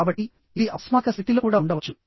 కాబట్టి ఇది అపస్మారక స్థితిలో కూడా ఉండవచ్చు